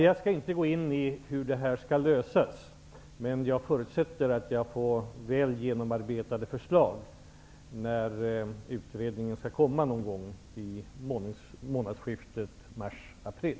Jag skall inte gå in på hur detta skall lösas, men jag förutsätter att jag får väl genomarbetade förslag när utredningen presenteras i månadsskiftet marsapril.